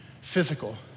physical